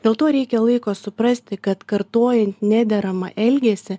dėl to reikia laiko suprasti kad kartojant nederamą elgesį